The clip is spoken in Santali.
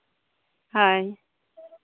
ᱦᱳᱭ